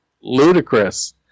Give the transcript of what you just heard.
ludicrous